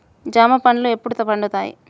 జామ పండ్లు ఎప్పుడు పండుతాయి?